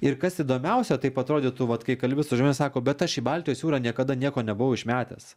ir kas įdomiausia taip atrodytų vat kai kalbi su žmonėm sako bet aš į baltijos jūrą niekada nieko nebuvau išmetęs